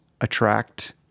attract